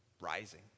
rising